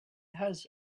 has